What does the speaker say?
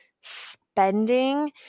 spending